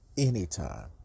Anytime